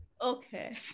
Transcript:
Okay